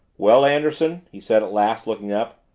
well, anderson, he said at last, looking up,